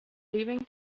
leaving